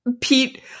pete